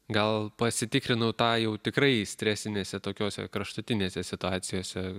gal pasitikrinu tą jau tikrai stresinėse tokiose kraštutinėse situacijose